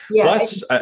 plus